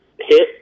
hit